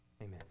amen